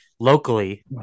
locally